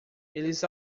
eles